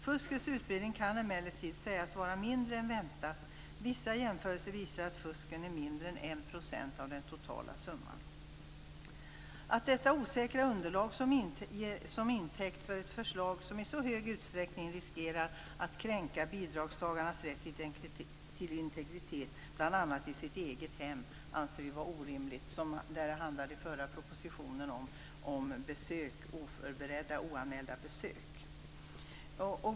Fuskets utbredning kan emellertid sägas vara mindre än väntat. Vissa jämförelser visar att fusket är mindre än 1 % av den totala summan. Att ta detta osäkra underlag till intäkt för ett förslag som i så hög grad riskerar att kränka bidragstagarnas rätt till integritet bl.a. i deras egna hem anser vi vara orimligt. I den förra propositionen handlade det om oförberedda och oanmälda besök.